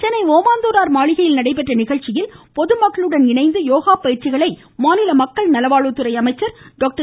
சென்னை ஒமாந்தூரார் மாளிகையில் நடைபெற்ற நிகழ்ச்சியில் பொதுமக்களுடன் இணைந்து யோகா பயிற்சிகளை மாநில மக்கள் நல்வாழ்வுத்துறை அமைச்சர் டாக்டர்